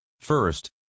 First